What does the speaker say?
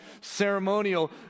ceremonial